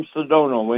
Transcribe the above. Sedona